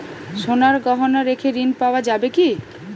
সোনার গহনা রেখে ঋণ পাওয়া যাবে কি?